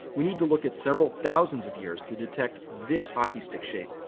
we need to look at several thousands of years to detect this hockey stick shape.